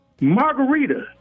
Margarita